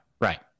right